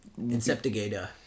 Inceptigator